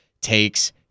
takes